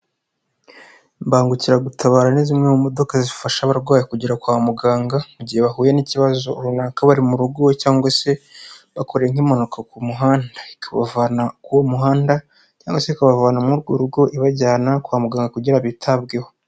Imbangukiragutabara ni zimwe mu modoka zifasha abarwayi kugera kwa muganga mu gihe bahuye n'ikibazo runaka bari mu rugo cyangwa se bakoreye nk'impanuka ku muhanda, ikabavana kuri uwo muhanda cyangwa se ikabavanamo muri urwo rugo ibajyana kwa muganga kugira ngo bitabweho.